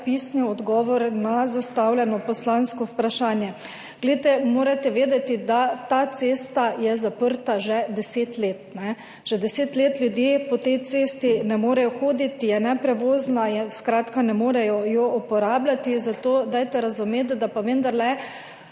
pisnem odgovoru na zastavljeno poslansko vprašanje. Morate vedeti, da je ta cesta zaprta že 10 let. Že 10 let ljudje po tej cesti ne morejo hoditi, je neprevozna, skratka, ne morejo je uporabljati. Zato dajte razumeti, da so pa